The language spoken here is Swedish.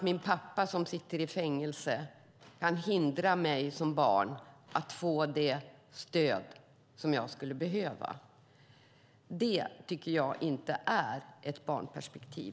Min pappa som sitter i fängelse kan hindra mig som barn att få det stöd som jag skulle behöva. Det är inte ett barnperspektiv.